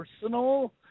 personal